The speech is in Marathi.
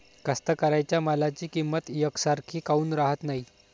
कास्तकाराइच्या मालाची किंमत यकसारखी काऊन राहत नाई?